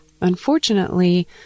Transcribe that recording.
Unfortunately